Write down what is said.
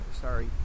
sorry